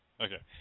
Okay